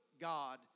God